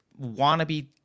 wannabe